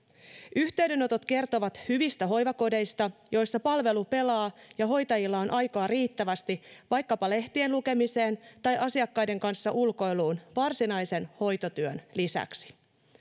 yhteydenotot kertovat hyvistä hoivakodeista joissa palvelu pelaa ja hoitajilla on aikaa riittävästi vaikkapa lehtien lukemiseen tai asiakkaiden kanssa ulkoiluun varsinaisen hoitotyön lisäksi